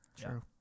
True